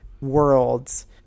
worlds